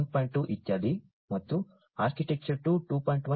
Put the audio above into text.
2 ಇತ್ಯಾದಿ ಮತ್ತು ಆರ್ಕಿಟೆಕ್ಚರ್ 2 2